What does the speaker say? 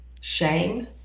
Shame